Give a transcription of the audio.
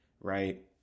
right